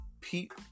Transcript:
Pete